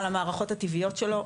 על המערכות הטבעיות שלו,